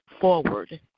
forward